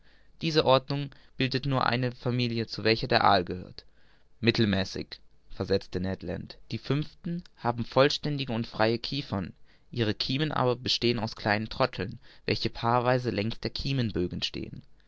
diese ordnung bildet nur eine familie zu welcher der aal gehört mittelmäßig versetzte ned land die der fünften haben vollständige und freie kiefern ihre kiemen aber bestehen aus kleinen trotteln welche paarweise längs den kiemenbögen stehen